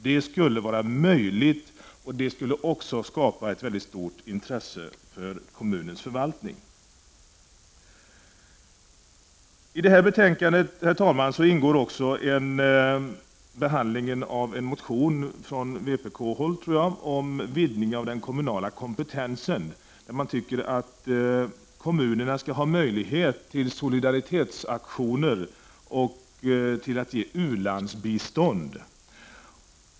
Detta skulle vara möjligt, och det skulle skapa ett mycket stort intresse för kommunens förvaltning. I detta betänkande behandlas även en motion från vpk om en utvidgning av den kommunala kompetensen. Vpk anser att kommunerna skall ha möjlighet till solidaritetsaktioner och att lämna u-landsbistånd.